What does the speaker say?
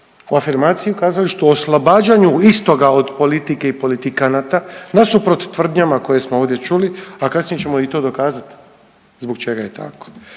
o afirmaciji u kazalištu, oslobađanju istoga od politike i politikanata nasuprot tvrdnjama koje smo ovdje čuli, a kasnije ćemo i to dokazat zbog čega je tako.